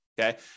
Okay